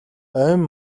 ойн